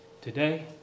today